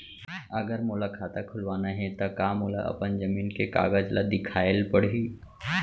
अगर मोला खाता खुलवाना हे त का मोला अपन जमीन के कागज ला दिखएल पढही?